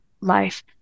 life